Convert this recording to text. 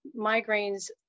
migraines